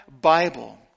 Bible